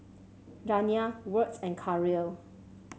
Janiah Wirt and Karyl